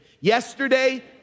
Yesterday